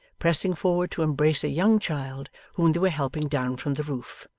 pressing forward to embrace a young child whom they were helping down from the roof.